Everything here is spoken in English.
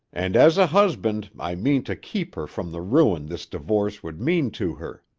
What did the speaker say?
and as a husband i mean to keep her from the ruin this divorce would mean to her